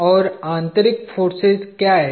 और आंतरिक फोर्सेज क्या हैं